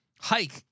hike